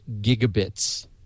gigabits